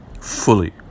fully